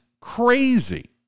crazy